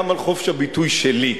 על חופש הביטוי שלי.